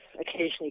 occasionally